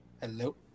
Hello